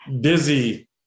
busy